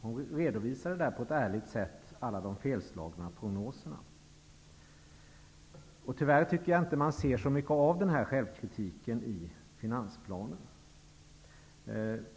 Hon redovisade där på ett ärligt sätt alla de felslagna prognoserna. Tyvärr märker man inte mycket av den självkritiken i finansplanen.